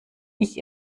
ich